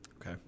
Okay